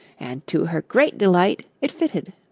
and to her great delight it fitted!